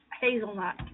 hazelnut